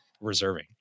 Reserving